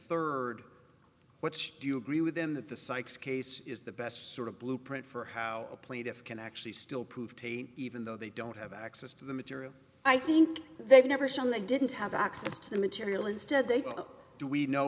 third which you agree with them that the psychs case is the best sort of blueprint for how a plate of can actually still prove even though they don't have access to the material i think they've never shown they didn't have access to the material instead they do we know